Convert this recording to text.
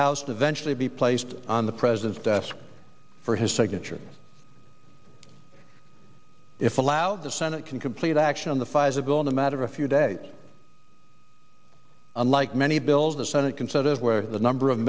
house eventually be placed on the president's desk for his signature if allowed the senate can complete action on the fires a goal in a matter of a few days unlike many bills the senate considers where the number of